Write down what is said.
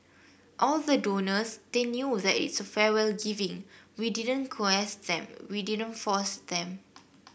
all the donors they knew that it's a freewill giving we didn't coerce them we didn't force them